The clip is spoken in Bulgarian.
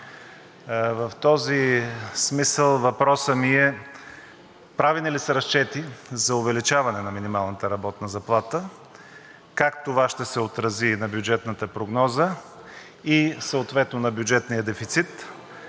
В този смисъл въпросът ми е: правени ли са разчети за увеличаване на минималната работна заплата? Как това ще се отрази на бюджетната прогноза и съответно на бюджетния дефицит?